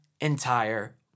entire